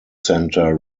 center